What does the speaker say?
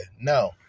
no